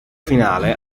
finale